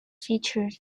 featured